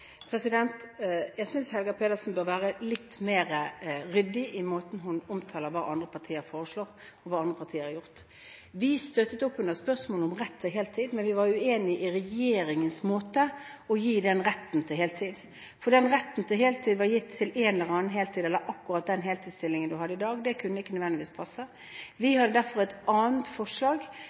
Jeg synes Helga Pedersen bør være litt mer ryddig med hensyn til den måten hun omtaler hva andre partier foreslår, og hva andre partier har gjort. Vi støttet opp under spørsmålet om rett til heltid, men vi var uenig i regjeringens måte å gi den retten til heltid, for den retten til heltid var knyttet til akkurat den heltidsstillingen man hadde i dag. Det kunne ikke nødvendigvis passe. Vi har derfor et annet forslag,